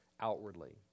outwardly